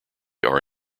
are